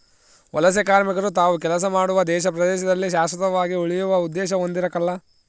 ವಲಸೆಕಾರ್ಮಿಕರು ತಾವು ಕೆಲಸ ಮಾಡುವ ದೇಶ ಪ್ರದೇಶದಲ್ಲಿ ಶಾಶ್ವತವಾಗಿ ಉಳಿಯುವ ಉದ್ದೇಶ ಹೊಂದಿರಕಲ್ಲ